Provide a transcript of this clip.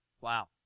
Wow